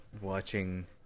watching